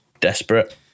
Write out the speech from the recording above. desperate